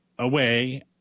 away